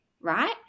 right